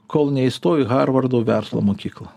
kol neįstojo į harvardo verslo mokyklą